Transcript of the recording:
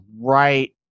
right